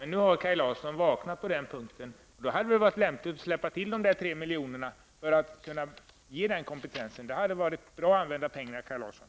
Nu har han vaknat till på den punkten. Det hade därför varit lämpligt att släppa till de 3 miljonerna till den kommunala kompetensen. Det hade varit väl använda pengar, Kaj Larsson.